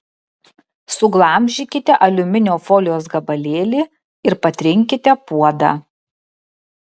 suglamžykite aliuminio folijos gabalėlį ir patrinkite puodą